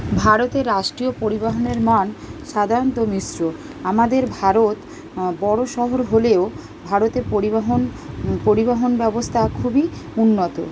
ভারতে রাষ্ট্রীয় পরিবহনের মান সাধারণত মিশ্র আমাদের ভারত বড় শহর হলেও ভারতে পরিবহন পরিবহন ব্যবস্থা খুবই উন্নত